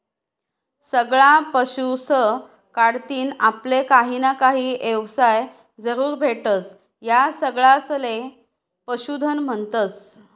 सगळा पशुस कढतीन आपले काहीना काही येवसाय जरूर भेटस, या सगळासले पशुधन म्हन्तस